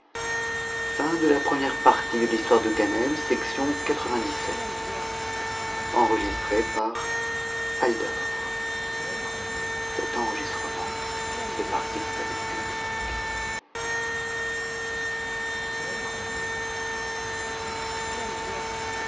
de l histoire de ganem